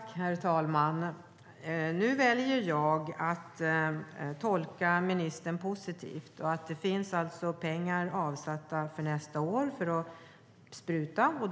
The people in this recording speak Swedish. Herr talman! Nu väljer jag att tolka ministern positivt. Det finns alltså pengar avsatta för nästa år till besprutning.